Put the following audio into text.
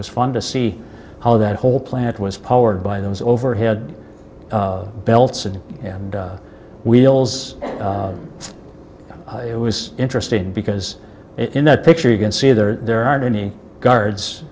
was fun to see how that whole planet was powered by those overhead belts and wheels it was interesting because in that picture you can see there there aren't any guards